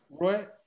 Right